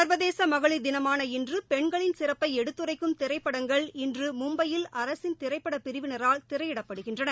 சர்வதேச மகளிர் தினமான இன்று பெண்களின் சிறப்பை எடுத்துரைக்கும் திரைப்படங்கள் இன்று மும்பையில் அரசின் திரைப்பட பிரிவினால் திரையிடப்படுகின்றன